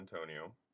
Antonio